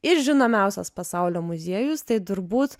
ir žinomiausias pasaulio muziejus tai turbūt